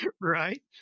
Right